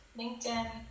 LinkedIn